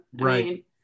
right